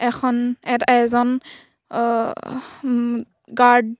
এখন এটা এজন গাৰ্ড